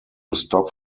stop